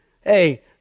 hey